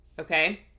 Okay